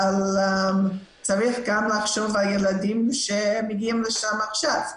אבל צריך גם לחשוב על הילדים שמגיעים לשם עכשיו.